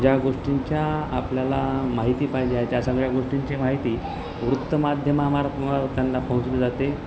ज्या गोष्टींच्या आपल्याला माहिती पाहिजे आहे त्या सगळ्या गोष्टींची माहिती वृत्तमाध्यमामार् त्यांना पोहोचली जाते